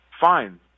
fine